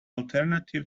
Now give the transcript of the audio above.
alternative